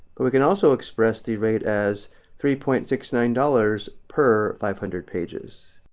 but we can also express the rate as three point six nine dollars per five hundred pages.